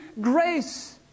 grace